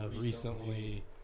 recently